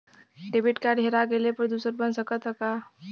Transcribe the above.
Debit card हेरा जइले पर दूसर बन सकत ह का?